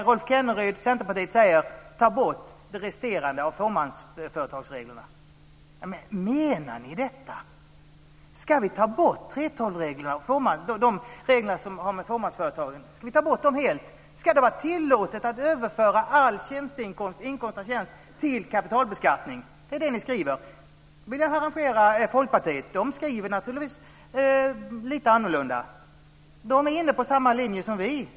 Rolf Kenneryd säger: Ta bort de resterande fåmansföretagsreglerna! Menar ni detta? Ska vi ta bort 3:12-reglerna helt, de regler som har med fåmansföretagen att göra? Ska det vara tillåtet att överföra all inkomst av tjänst till kapitalbeskattning? Det är det ni skriver. Då vill jag harangera Folkpartiet. De skriver naturligtvis lite annorlunda. De är inne på samma linje som vi.